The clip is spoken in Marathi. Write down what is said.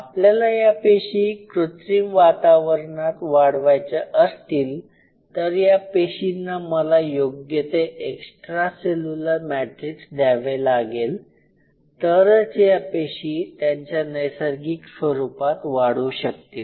आपल्याला या पेशी कृत्रिम वातावरणात वाढवायच्या असतील तर या पेशींना मला योग्य ते एक्स्ट्रा सेल्युलर मॅट्रिक्स द्यावे लागेल तरच या पेशी त्यांच्या नैसर्गिक स्वरूपात वाढू शकतील